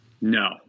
No